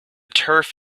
turf